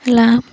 ହେଲା